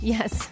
Yes